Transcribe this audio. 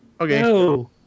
Okay